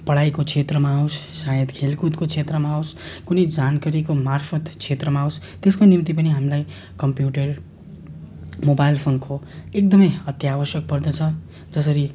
पढाइको क्षेत्रमा होस् सायद खेलकुदको क्षेत्रमा होस् कुनै जानकारीको मार्फत क्षेत्रमा होस् त्यसको निम्ति पनि हामीलाई कम्प्युटर मोबाइल फोनको एकदमै अत्यावश्यक पर्दछ जसरी